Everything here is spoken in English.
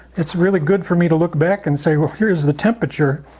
it's really good for me to look back and say, well, here's the temperature.